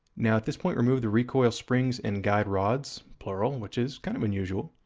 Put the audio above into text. now at this point remove the recoil springs and guide rods, plural, which is kind of unusual.